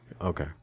Okay